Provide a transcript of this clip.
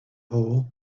hole